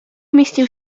mieścił